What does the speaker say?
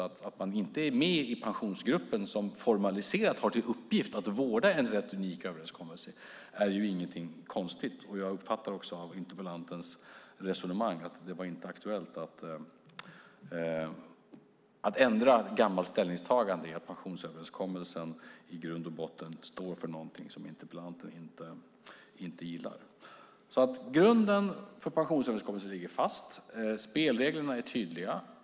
Att man inte är med i Pensionsgruppen som formaliserat har till uppgift att vårda den rätt unika överenskommelsen är ingenting konstigt. Jag uppfattar också av interpellantens resonemang att det inte var aktuellt att ändra tidigare ställningstagande, att pensionsöverenskommelsen i grund och botten står för någonting som interpellanten inte gillar. Grunden för pensionsöverenskommelsen ligger fast. Spelreglerna är tydliga.